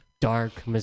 dark